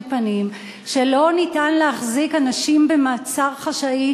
פנים שלא ניתן להחזיק אנשים במעצר חשאי,